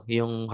yung